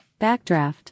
Backdraft